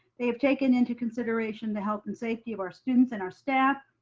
they have taken into consideration the health and safety of our students and our staff,